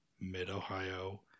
mid-Ohio